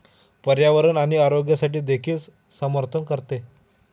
पर्यावरण आणि आरोग्यासाठी देखील समर्थन करते